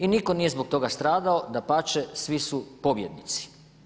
I nitko nije zbog toga stradao, dapače, svi su pobjednici.